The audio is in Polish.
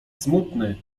smutny